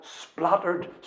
splattered